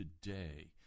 today